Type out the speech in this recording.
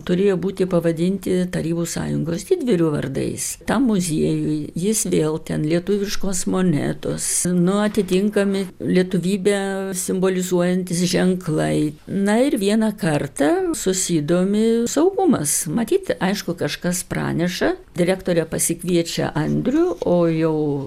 turėjo būti pavadinti tarybų sąjungos didvyrių vardais tam muziejuj jis vėl ten lietuviškos monetos nu atitinkami lietuvybę simbolizuojantys ženklai na ir vieną kartą susidomi saugumas matyt aišku kažkas praneša direktorė pasikviečia andrių o jau